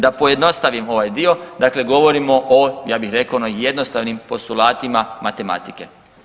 Da pojednostavim ovaj dio, dakle govorimo o ja bih rekao ono jednostavnim postulatima matematike.